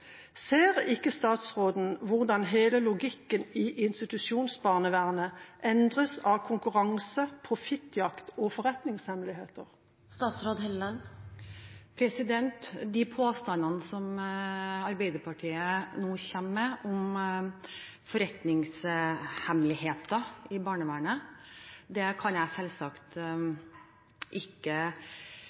Ser ikke statsråden hvordan hele logikken i institusjonsbarnevernet endres av konkurranse, profittjakt og forretningshemmeligheter? De påstandene som Arbeiderpartiet nå kommer med om forretningshemmeligheter i barnevernet, kan jeg selvsagt ikke